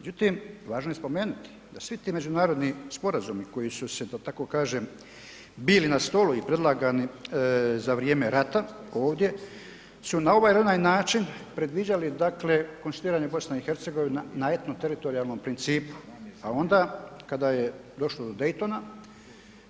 Međutim, važno je spomenuti da svi ti međunarodni sporazumi koji su se da tako kažem bili na stolu i predlagani za vrijeme rata ovdje su na ovaj ili onaj način predviđali dakle konstituirana Bosna i Hercegovina na etno teritorijalnom principu, pa onda kada je došlo do Daytona